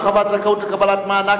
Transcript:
הרחבת זכאות לקבלת מענק),